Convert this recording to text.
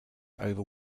over